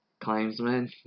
claimsman